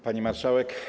Pani Marszałek!